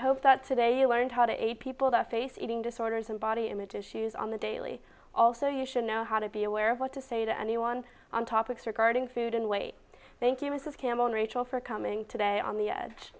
hope that today you learned how to eight people to face eating disorders and body image issues on the daily also you should know how to be aware of what to say to anyone on topics regarding food and weight thank you mrs campbell rachael for coming today on the edge